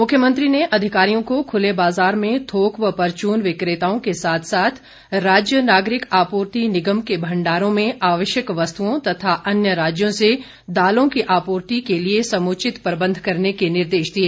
मुख्यमंत्री ने अधिकारियों को खुले बाज़ार में थोक व परचून विक्रेताओं के साथ साथ राज्य नागरिक आपूर्ति निगम के भंडारों में आवश्यक वस्तुओं तथा अन्य राज्यों से दालों की आपूर्ति के लिए समुचित प्रबंध करने के निर्देश दिए